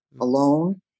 Alone